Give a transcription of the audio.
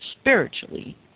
spiritually